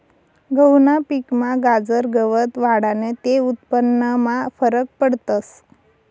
गहूना पिकमा गाजर गवत वाढनं ते उत्पन्नमा फरक पडस